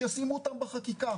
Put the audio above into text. שישימו אותם בחקיקה,